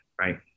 right